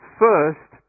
first